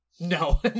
No